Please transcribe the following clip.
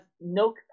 no